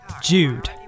Jude